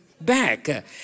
back